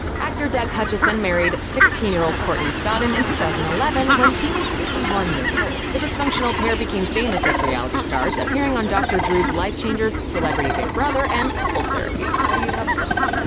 actor doug hutchison married sixteen year old courtney stodden in two thousand and eleven, when he was fifty one years old. the dysfunctional pair became famous as reality stars, appearing on dr. drew's lifechangers, celebrity big brother, and couples therapy. what do you have in common?